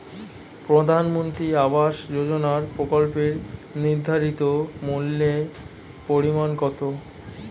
প্রধানমন্ত্রী আবাস যোজনার প্রকল্পের নির্ধারিত মূল্যে পরিমাণ কত?